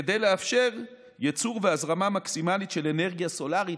כדי לאפשר ייצור והזרמה מקסימלית של אנרגיה סולרית,